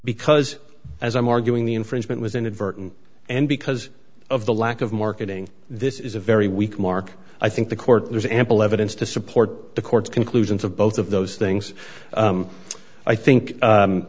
because as i'm arguing the infringement was inadvertent and because of the lack of marketing this is a very weak mark i think the court there's ample evidence to support the court's conclusions of both of those things i think